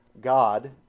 God